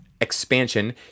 expansion